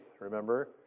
remember